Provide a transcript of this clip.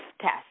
test